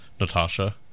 Natasha